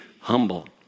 humble